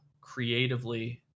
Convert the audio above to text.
creatively